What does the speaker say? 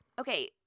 okay